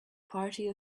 party